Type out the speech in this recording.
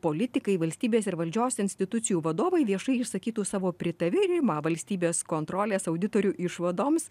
politikai valstybės ir valdžios institucijų vadovai viešai išsakytų savo pritarimą valstybės kontrolės auditorių išvadoms